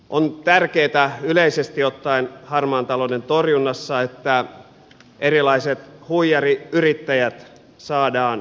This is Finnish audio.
on tärkeätä yleisesti ottaen harmaan talouden torjunnassa että erilaiset huijariyrittäjät saadaan kiipeliin